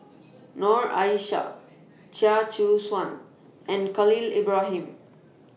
Noor Aishah Chia Choo Suan and Khalil Ibrahim